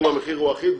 אם המחיר הוא אחיד,